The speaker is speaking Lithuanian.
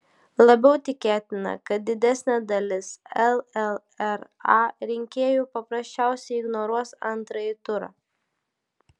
labiau tikėtina kad didesnė dalis llra rinkėjų paprasčiausiai ignoruos antrąjį turą